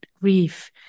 grief